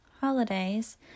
holidays